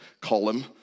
column